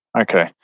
Okay